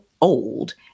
old